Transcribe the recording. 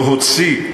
להוציא,